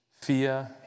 Fear